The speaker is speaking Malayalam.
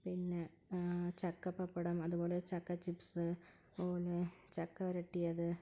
പിന്നെ ചക്കപപ്പടം അതുപോലെ ചക്കച്ചിപ്സ് അതുപോലെ ചക്കവരട്ടിയത്